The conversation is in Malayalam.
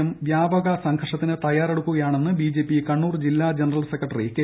എം വ്യാപക സംഘർഷത്തിന് തയ്യാറെടുക്കുകയാണെന്ന് ബിജെപി കണ്ണൂർ ജില്ലാ ജനറൽ സെക്രട്ടറി കെ